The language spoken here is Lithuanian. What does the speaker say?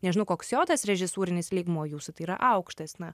nežinau koks jo tas režisūrinis lygmuo jūsų tai yra aukštas na